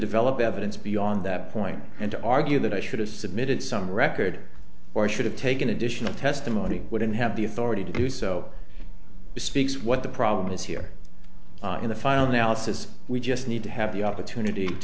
develop evidence beyond that point and to argue that i should have submitted some record or i should have taken additional testimony wouldn't have the authority to do so speaks what the problem is here in the final analysis we just need to have the opportunity to